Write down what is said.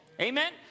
Amen